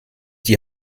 die